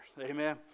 amen